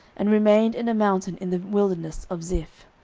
and remained in a mountain in the wilderness of ziph.